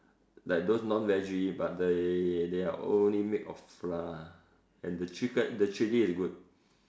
like those non-veggie but they they are only made of flour and the chicken the chili is good